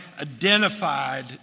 identified